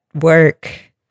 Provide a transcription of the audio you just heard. work